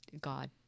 God